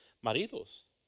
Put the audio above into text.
maridos